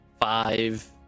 five